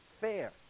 fair